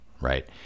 right